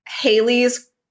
Haley's